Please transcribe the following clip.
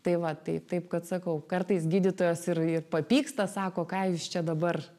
tai va tai taip kad sakau kartais gydytojos ir ir papyksta sako ką jūs čia dabar